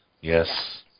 Yes